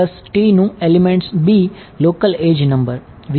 2 નું element b local edge number